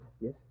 Yes